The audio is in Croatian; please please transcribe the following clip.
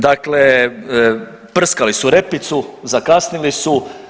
Dakle, prskali su repicu, zakasnili su.